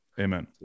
amen